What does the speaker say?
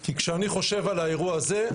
כי כשאני חושב על האירוע הזה,